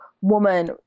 woman